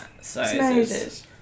Sizes